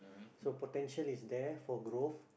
so potential is there for growth